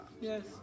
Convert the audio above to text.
Yes